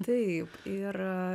taip ir